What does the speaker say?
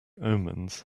omens